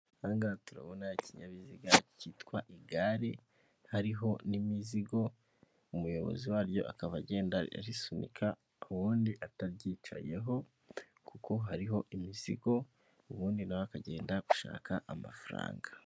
Aha ngaha turabona ikinyabiziga cyitwa igare, hariho n'imizigo, umuyobozi waryo akaba agenda arisunika, ubundi ataryicayeho, kuko hariho imizigo ubundi nawe akagenda gushaka amafaranga.